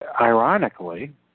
ironically